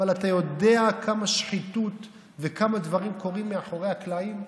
אבל אתה יודע כמה שחיתות וכמה דברים קורים מאחורי הקלעים?